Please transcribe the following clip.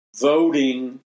voting